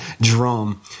Jerome